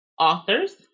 authors